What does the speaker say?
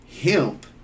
hemp